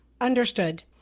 understood